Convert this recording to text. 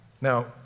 Now